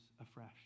afresh